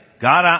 God